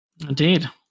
Indeed